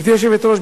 גברתי היושבת-ראש,